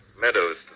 meadows